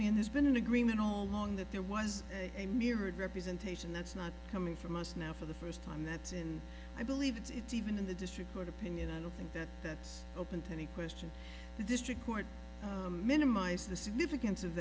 me and has been in agreement all along that there was a mirror of representation that's not coming from us now for the first time that's in i believe it's even in the district court opinion i don't think that that's open to any question the district court minimize the significance of